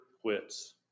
quits